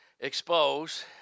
Expose